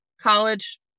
college